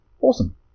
Awesome